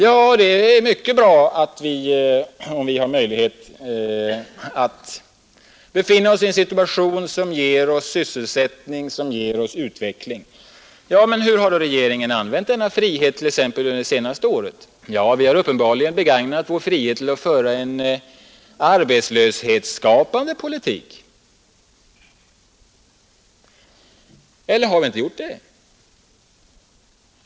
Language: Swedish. Ja, det är mycket bra att vi befinner oss i en situation som ger oss sysselsättning, som ger oss utveckling. Men hur har regeringen använt denna frihet t.ex. under det senaste året? Ja, vi har uppenbarligen begagnat vår frihet till att föra en arbetslöshetsskapande politik. Eller har vi inte gjort det?